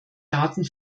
daten